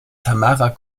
tamara